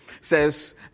says